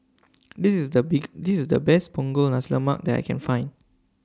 This IS The Big This IS The Best Punggol Nasi Lemak that I Can Find